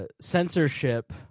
censorship